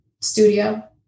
studio